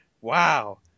Wow